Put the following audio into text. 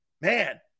man